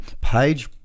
page